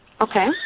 Okay